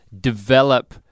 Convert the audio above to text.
develop